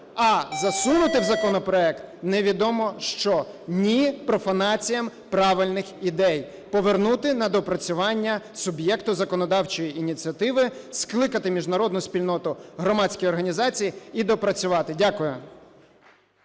а засунути в законопроект невідомо що. Ні профанаціям правильних ідей! Повернути на доопрацювання суб'єкту законодавчої ініціативи, скликати міжнародну спільноту, громадські організації і доопрацювати. Дякую.